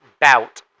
bout